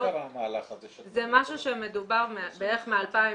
מתי קרה המהלך הזה שאת -- זה משהו שמדובר בערך מ-2016,